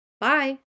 bye